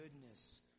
goodness